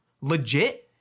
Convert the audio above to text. legit